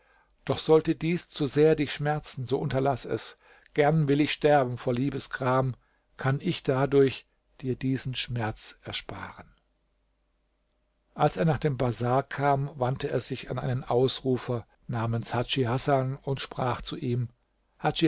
doch sollte dies zu sehr dich schmerzen so unterlaß es gern will ich sterben vor liebesgram kann ich dadurch dir diesen schmerz ersparen als er nach dem bazar kam wandte er sich an einen ausrufer namens hadschi hasan und sprach zu ihm